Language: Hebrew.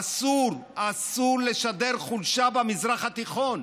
אסור, אסור לשדר חולשה במזרח התיכון.